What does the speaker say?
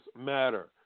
matter